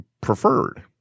preferred